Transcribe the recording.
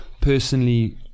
personally